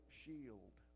shield